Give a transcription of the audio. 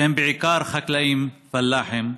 שהם בעיקר חקלאים פלאחים,